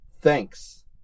Thanks